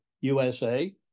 USA